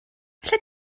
allet